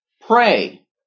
Pray